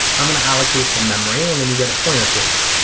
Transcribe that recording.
i'm going to allocate some memory and then you get a pointer to it.